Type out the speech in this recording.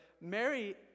Mary